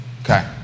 Okay